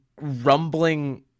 Rumbling